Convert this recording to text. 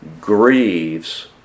grieves